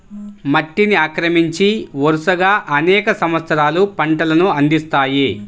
మట్టిని ఆక్రమించి, వరుసగా అనేక సంవత్సరాలు పంటలను అందిస్తాయి